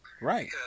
Right